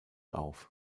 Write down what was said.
auf